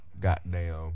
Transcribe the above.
Goddamn